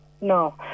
no